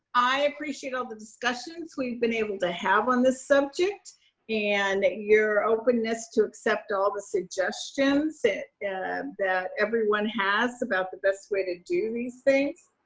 i appreciate all the discussions we've been able to have on this subject and your openness to accept all the suggestions that everyone has about the best way to do these things.